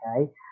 okay